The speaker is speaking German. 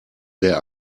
der